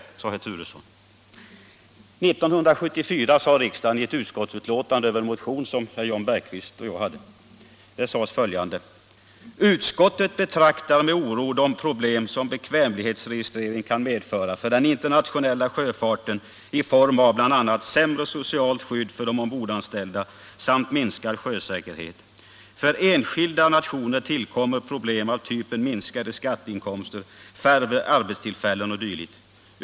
Men år 1974 anförde finansutskottet i ett betänkande över en motion från mig och Jan Bergqvist följande beträffande bekvämlighetsregistrering: ”Utskottet betraktar med oro de problem som detta kan medföra för den internationella sjöfarten i form av bl.a. sämre socialt skydd för de ombordanställda samt minskad sjösäkerhet. För enskilda nationer tillkommer problem av typen minskade skatteinkomster, färre arbetstillfällen o. d.